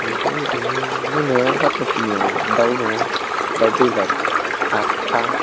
ओमफ्राय ओरैनो मोनायाव हाथासुनियाव दाउ दङ दाउ बयलार आथ था